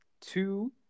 Two